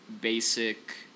basic